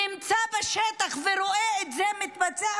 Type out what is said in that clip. נמצא בשטח ורואה את זה מתבצע,